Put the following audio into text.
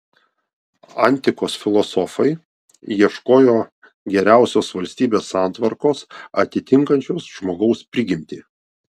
antikos filosofai ieškojo geriausios valstybės santvarkos atitinkančios žmogaus prigimtį